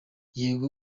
yego